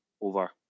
over